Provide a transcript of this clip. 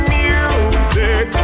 music